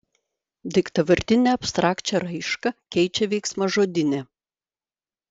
daiktavardinę abstrakčią raišką keičia veiksmažodinė